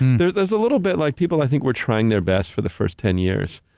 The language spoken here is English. there's there's a little bit, like people, i think, were trying their best for the first ten years,